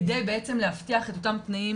כדי בעצם להבטיח את אותם תנאים,